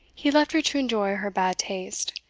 he left her to enjoy her bad taste,